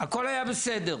הכול היה בסדר,